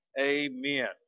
amen